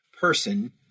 person